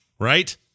right